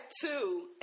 two